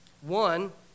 One